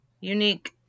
unique